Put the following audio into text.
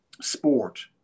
sport